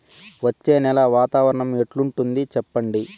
వచ్చే నెల వాతావరణం ఎట్లుంటుంది చెప్పండి?